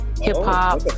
Hip-hop